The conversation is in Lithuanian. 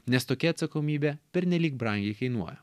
nes tokia atsakomybė pernelyg brangiai kainuoja